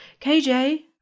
KJ